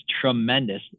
tremendous